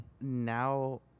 Now